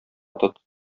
тот